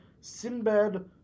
Sinbad